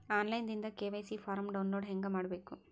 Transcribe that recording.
On line ದಿಂದ KYC form download ಹೇಂಗ ಮಾಡಬೇಕು?